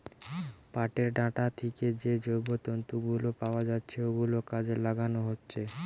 পাটের ডাঁটা থিকে যে জৈব তন্তু গুলো পাওয়া যাচ্ছে ওগুলো কাজে লাগানো হচ্ছে